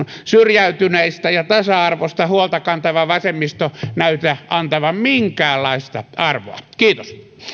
syrjäytyneistä ja tasa arvosta huolta kantava vasemmisto ei näytä antavan näille minkäänlaista arvoa kiitos